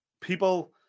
people